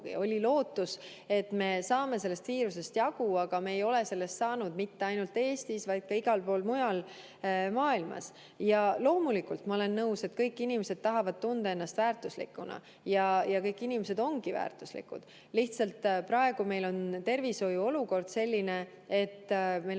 Oli lootus, et me saame sellest viirusest jagu, aga me ei ole saanud sellest jagu, mitte ainult Eestis, vaid ka igal pool mujal maailmas. Loomulikult ma olen nõus, et kõik inimesed tahavad tunda ennast väärtuslikuna ja kõik inimesed ongi väärtuslikud. Lihtsalt praegu meil on tervishoiu olukord selline, et meil